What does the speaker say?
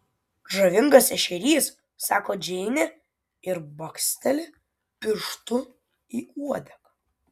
žavingas ešerys sako džeinė ir baksteli pirštu į uodegą